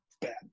bad